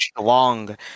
long